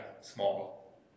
small